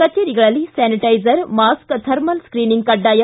ಕಚೇರಿಗಳಲ್ಲಿ sanitizer mask thermal screening ಕಡ್ಡಾಯ